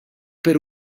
per